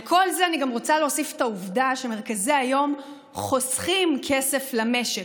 על כל זה אני גם רוצה להוסיף את העובדה שמרכזי היום חוסכים כסף למשק.